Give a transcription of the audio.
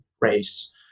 race